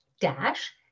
dash